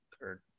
third